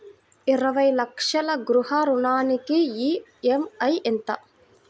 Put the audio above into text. ఇరవై లక్షల గృహ రుణానికి ఈ.ఎం.ఐ ఎంత?